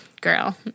Girl